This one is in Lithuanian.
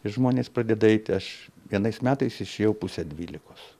ir žmonės pradeda eiti aš vienais metais išėjau pusę dvylikos